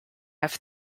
have